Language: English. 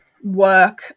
work